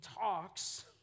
talks